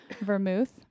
vermouth